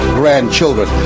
grandchildren